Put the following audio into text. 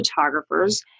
photographers